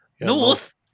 North